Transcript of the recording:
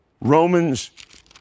Romans